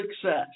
success